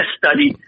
study